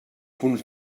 punts